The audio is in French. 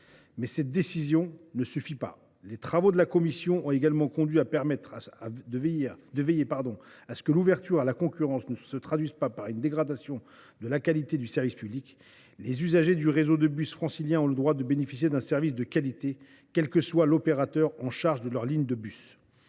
cet échelonnement ne suffit pas. La commission a également veillé à ce que l’ouverture à la concurrence ne se traduise pas par une dégradation de la qualité du service public. Les usagers du réseau de bus francilien ont le droit de bénéficier d’un service de qualité, quel que soit l’opérateur chargé de leur ligne de bus.